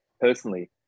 personally